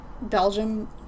Belgium